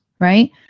right